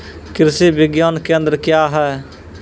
कृषि विज्ञान केंद्र क्या हैं?